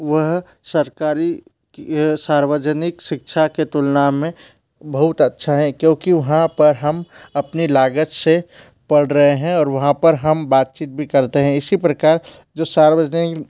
वह सरकारी सार्वजानिक शिक्षा के तुलना में बहुत अच्छा है क्योंकि वहाँ पर हम अपनी लागत से पढ़ रहे है और वहाँ पर हम बातचीत भी करते है इसी प्रकार जो सार्वजनि